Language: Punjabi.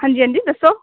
ਹਾਂਜੀ ਹਾਂਜੀ ਦੱਸੋ